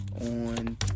on